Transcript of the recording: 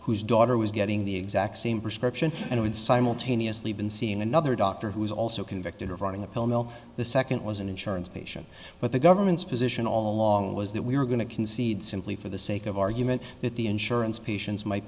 whose daughter was getting the exact same prescription and would simultaneously been seeing another doctor who was also convicted of running a pill mill the second was an insurance patient but the government's position all along was that we were going to concede simply for the sake of argument that the insurance patients might